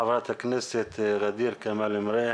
חברת הכנסת ע'דיר כמאל מריח,